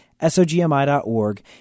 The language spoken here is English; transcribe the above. SOGMI.org